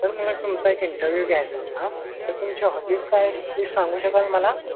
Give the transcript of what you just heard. तर मला तुमचा एक इंटरव्यू घ्यायचा होता तर तुमची हॉबीच काय सांगू शकाल मला